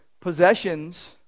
possessions